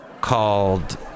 called